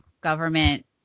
government